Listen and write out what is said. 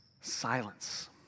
Silence